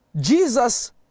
Jesus